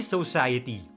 Society